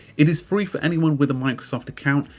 it is free for anyone with a microsoft account.